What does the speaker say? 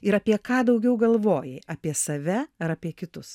ir apie ką daugiau galvojai apie save ar apie kitus